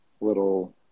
little